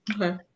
Okay